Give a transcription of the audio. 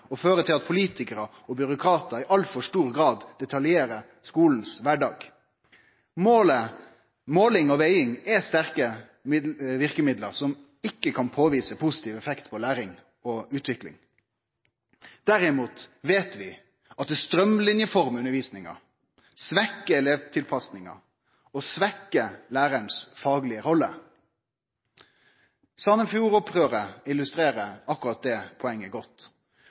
og fører til at politikarar og byråkratar i altfor stor grad detaljstyrer kvardagen i skulen. Måling og veging er sterke verkemiddel som ikkje kan påvise positiv effekt på læring og utvikling. Derimot veit vi at det straumlinjeformar undervisninga, svekkjer elevtilpassinga og svekkjer lærarens faglege rolle. Sandefjord-opprøret illustrerer akkurat det poenget godt.